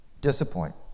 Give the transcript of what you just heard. disappoint